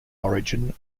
origin